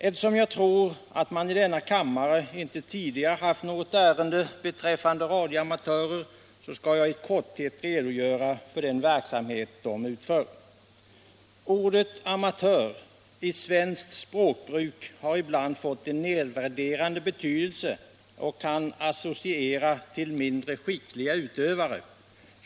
Eftersom jag tror att man i denna kammare inte tidigare behandlat något ärende beträffande radioamatörer, skall jag i korthet redogöra för verksamheten. Ordet amatör har i svenskt språkbruk ibland fått en nedvärderande betydelse genom association till mindre skickliga utövare.